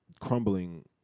crumbling